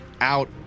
out